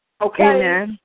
Okay